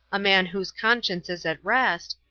a man whose conscience is at rest,